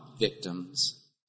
victims